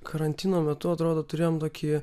karantino metu atrodo turėjom tokį